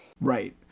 Right